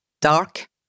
dark